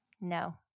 No